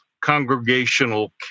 congregational